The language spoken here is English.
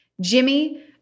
Jimmy